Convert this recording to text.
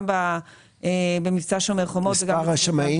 גם במבצע שומר חומות וגם בצוק איתן.